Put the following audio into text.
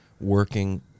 working